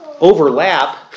overlap